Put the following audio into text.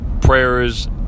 prayers